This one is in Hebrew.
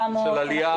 עליה,